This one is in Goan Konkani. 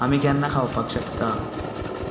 आमी केन्ना खावपाक शकतात